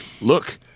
look